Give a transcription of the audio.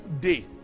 day